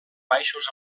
baixos